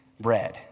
bread